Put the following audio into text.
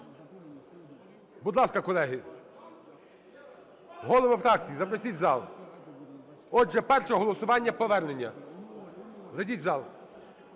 Будь ласка, колеги! Голови фракцій, запросіть в зал. Отже, перше голосування – повернення. Зайдіть в зал.